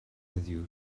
heddiw